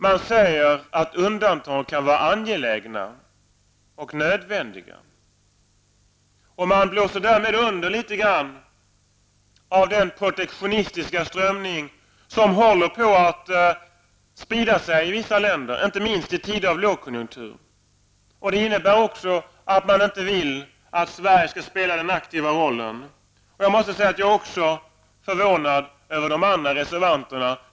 Man säger att undantag kan vara angelägna och nödvändiga. Man blåser därmed under litet grand av de protektionistiska strömningar som håller på att sprida sig i vissa länder, inte minst i tider av lågkonjunktur. Det betyder också att man inte vill att Sverige skall spela den aktiva rollen. Jag måste säga att jag också är förvånad över de andra reservanterna.